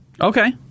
Okay